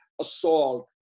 assault